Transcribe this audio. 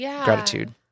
gratitude